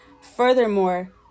Furthermore